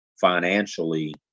financially